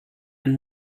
ein